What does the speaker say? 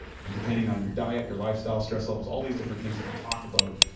and depending on your diet, your lifestyle, stress levels, all these different things that you talk about,